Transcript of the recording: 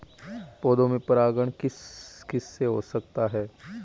पौधों में परागण किस किससे हो सकता है?